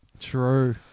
True